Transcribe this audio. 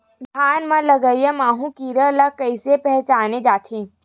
धान म लगईया माहु कीरा ल कइसे पहचाने जाथे?